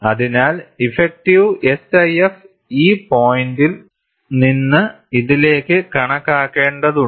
അതിനാൽ effective SIF ഈ പോയിന്റിൽ നിന്ന് ഇതിലേക്ക് കണക്കാക്കേണ്ടതുണ്ട്